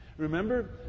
Remember